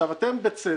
אתם, בצדק,